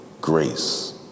grace